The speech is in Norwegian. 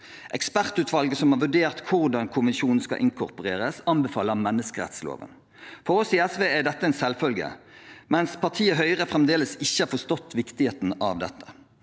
Ekspertutvalget som har vurdert hvordan konvensjonen skal inkorporeres, anbefaler menneskerettsloven. For oss i SV er dette en selvfølge, mens partiet Høyre fremdeles ikke har forstått viktigheten av det.